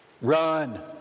Run